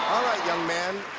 alright young man,